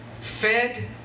fed